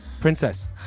Princess